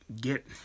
get